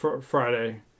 Friday